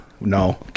No